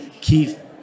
Keith